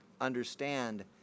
understand